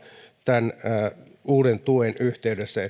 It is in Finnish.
tämän uuden tuen yhteydessä